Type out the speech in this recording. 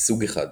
סוג 1